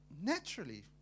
naturally